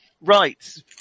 Right